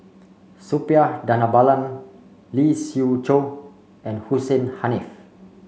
Suppiah Dhanabalan Lee Siew Choh and Hussein Haniff